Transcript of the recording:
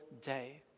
day